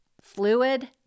Fluid